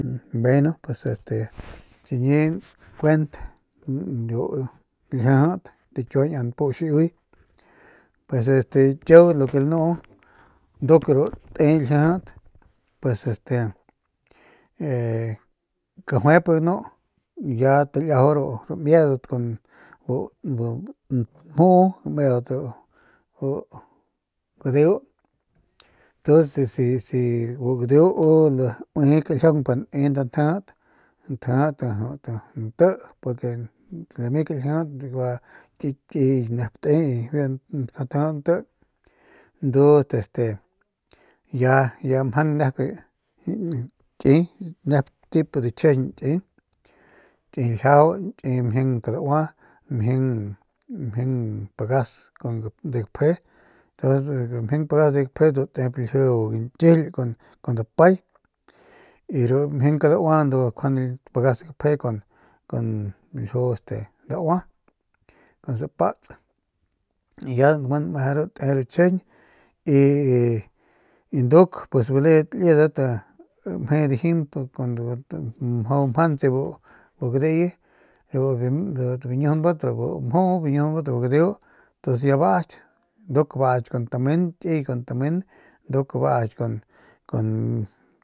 Bueno pues este chi nkuent de ru ljijit de biu kiua npu xiiuy pues este lo que kiau lu ke lanuu nduk ru te ljijit pues este jajuyp ganu ya talijaju ru ru miedat kun bu mjuu miedat de bu gadeu ntuns si si bu gadeu u laui kaljiaung pa ne nda njijit njijit jut nte lami kaljijit nep ki kiy te y biu kaljijit nte ndudat este ya mjang biu nep ki nep tipo de chjijiñ ki ki ljiajau ki mjing kadaua mjing pagas kun ru de gapje ntuns ru mjing pagas de gapje ndu tep lju nkijiyl kun dapay y ru mjing kadaua ndu njuande pagas gapje kun ljiu este ljiu daua kun spats y ya kun te ru meje ru chijijñ y nduk pues baledat liedat a a mje dijimp kuandu mjau mjantse bu gadeuye ru biñujunbat bu mjuu ru biñujunbat de bu gadeu ntuns ya baaky nduk abaki kiy kun tamen nduk abaki kun.